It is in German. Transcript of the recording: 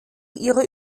ihre